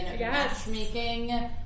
matchmaking